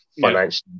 financially